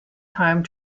time